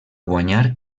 guanyar